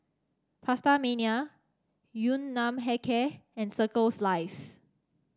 PastaMania Yun Nam Hair Care and Circles Life